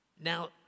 Now